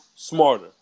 Smarter